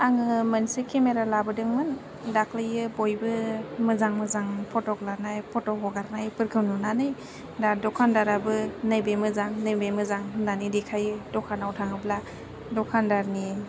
आङो मोनसे केमेरा लाबोदोंमोन दाखालियो बयबो मोजां मोजां फटक लानाइ फटक हगारनायफोरखौ नुनानै दा दखान्दारबो नैबे मोजां नैबे मोजां होन्नानै देखायो दखानाव थाङोब्ला दखान्दारनि